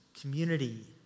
community